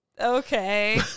Okay